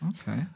Okay